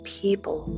people